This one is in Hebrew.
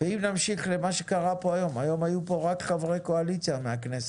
ואם נמשיך עם מה שקרה פה היום היום היו פה רק חברי קואליציה מהכנסת,